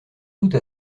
doute